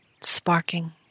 sparking